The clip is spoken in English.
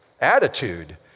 attitude